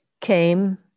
came